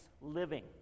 living